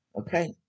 Okay